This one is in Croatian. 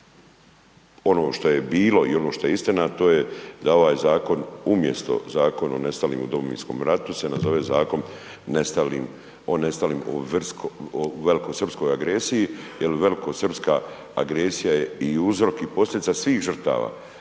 ono što je bilo i ono što je istina, a to je da ovaj zakon umjesto Zakon o nestalim u Domovinskom ratu se nazove Zakon o nestalim u velikosrpskoj agresiji, jer velikosrpska agresija je i uzrok i posljedica svih žrtava,